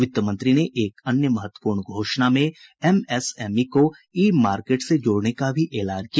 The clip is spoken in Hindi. वित्त मंत्री ने एक अन्य महत्वपूर्ण घोषणा में एमएसएमई को ई मार्केट से जोडने का भी ऐलान किया